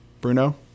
Bruno